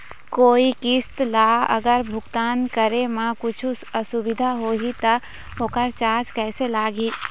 कोई किस्त ला अगर भुगतान करे म कुछू असुविधा होही त ओकर चार्ज कैसे लगी?